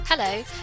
Hello